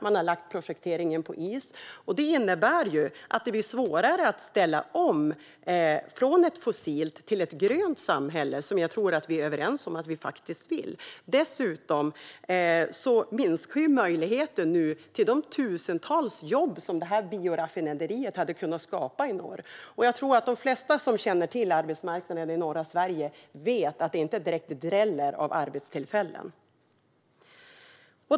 Man har lagt projekteringen på is. Detta innebär att det blir svårare att ställa om från ett fossilt till ett grönt samhälle, som jag tror att vi är överens om att vi faktiskt vill. Dessutom minskar nu möjligheten till de tusentals jobb som bioraffinaderiet hade kunnat skapa i norr. Jag tror att de flesta som känner till arbetsmarknaden i norra Sverige vet att det inte direkt dräller av arbetstillfällen.